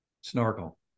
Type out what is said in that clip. snorkel